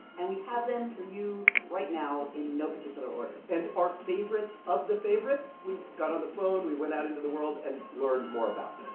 and we have them for you right now in no particular order and our favorites of the favorites we got on the phone, we went out into the world and learned more about